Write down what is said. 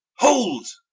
hold,